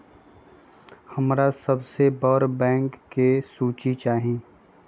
हमरा सबसे बड़ बैंक के सूची चाहि